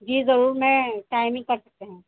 جی ضرور میں ٹائمنگ کر سکتے ہیں